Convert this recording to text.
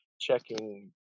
checking